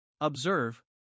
Observe